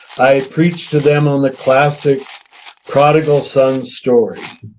i preached to them on the classic prodigal son story.